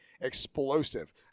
explosive